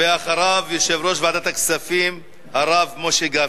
אחריו, יושב-ראש ועדת הכספים, הרב משה גפני,